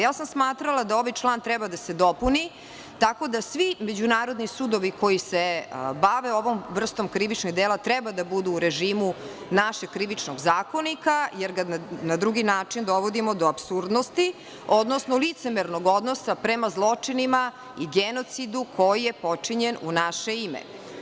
Ja sam smatrala da ovaj član treba da se dopuni, tako da svi međunarodni sudovi koji se bave ovom vrstom krivičnih dela treba da budu u režimu našeg Krivičnog zakonika, jer ga na drugi način dovodimo do apsurdnosti, odnosno licemernog odnosa prema zločinima i genocidu koji je počinjen u naše ime.